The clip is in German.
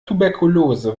tuberkulose